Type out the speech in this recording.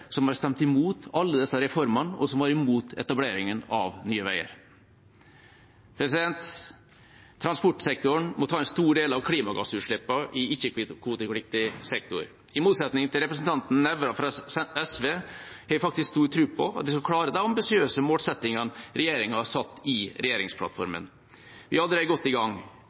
som har stemt mot alle disse reformene, og som var mot etableringen av Nye Veier. Transportsektoren må ta en stor del av klimagassutslippene i ikke-kvotepliktig sektor. I motsetning til representanten Nævra fra SV har jeg faktisk stor tro på at vi skal klare de ambisiøse målsettingene regjeringa har i regjeringsplattformen. Vi er allerede godt i gang.